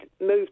moved